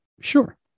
Sure